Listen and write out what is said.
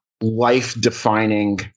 life-defining